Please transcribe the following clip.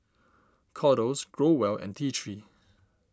Kordel's Growell and T three